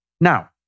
Now